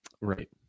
Right